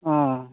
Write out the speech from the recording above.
ᱚᱸᱻ